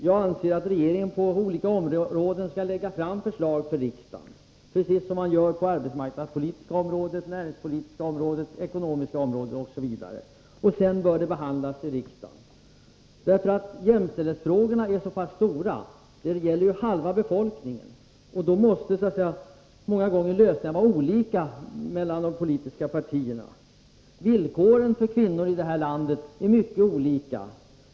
Jag anser att regeringen på olika områden skall lägga fram förslag till riksdagen precis som den gör på de arbetsmarknadspolitiska, näringspolitiska, ekonomiska områdena osv. Sedan bör frågorna behandlas i riksdagen. Jämställdhetsfrågorna är så pass stora — de gäller halva befolkningen — att de politiska partierna många gånger förordar olika lösningar. Villkoren för kvinnor i det här landet är mycket olika.